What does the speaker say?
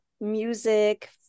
music